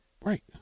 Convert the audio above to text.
right